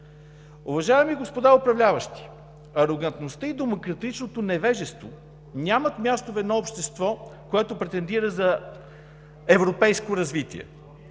Уважаеми господа управляващи, арогантността и демократичното невежество нямат място в едно общество, което претендира за европейско развитие.